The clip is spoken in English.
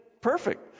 perfect